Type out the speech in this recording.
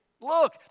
Look